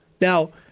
Now